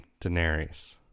Daenerys